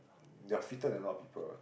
ya fitter than a lot of people